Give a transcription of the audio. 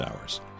hours